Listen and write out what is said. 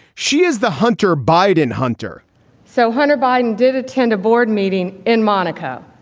she is the hunter biden hunter so hunter biden did attend a board meeting in monaco.